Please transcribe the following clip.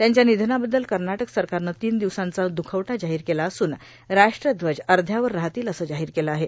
त्यांच्यानिधनाबद्दल कर्नाटक सरकारनं तीन दिवसांचा दुखवटा जाहीर केला असूनराष्ट्रध्वज अर्ध्यावर राहतील असं जाहीर केलं आहे